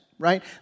Right